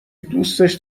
دوستش